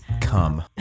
Come